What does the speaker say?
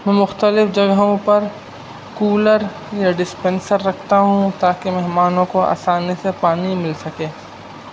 میں مختلف جگہوں پر کولر یا ڈسپنسر رکھتا ہوں تاکہ مہمانوں کو آسانی سے پانی مل سکے